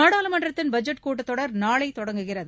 நாடாளுமன்றத்தின் பட்ஜெட் கூட்டத் தொடர் நாளை தொடங்குகிறது